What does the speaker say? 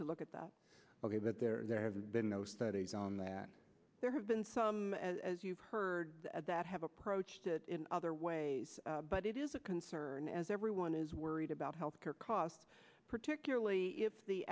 to look at that ok that there have been no studies on that there have been some as you've heard that have approached it in other ways but it is a concern as everyone is worried about healthcare costs particularly if the